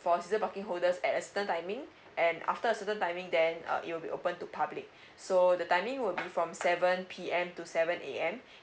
for season parking holders at a certain timing and after a certain timing then uh it will be open to public so the timing will be from seven P_M to seven A_M